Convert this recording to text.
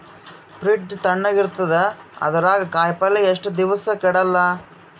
Fridge ತಣಗ ಇರತದ, ಅದರಾಗ ಕಾಯಿಪಲ್ಯ ಎಷ್ಟ ದಿವ್ಸ ಕೆಡಲ್ಲ?